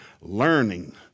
learning